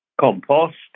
compost